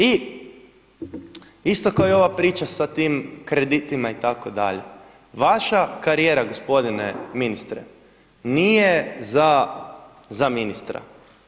Isto kao i ova priča sa tim kreditima itd. vaša karijera gospodine ministre nije za ministra.